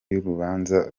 y’urubanza